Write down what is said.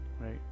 right